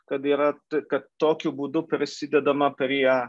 kad yra tai kad tokiu būdu prisidedama prie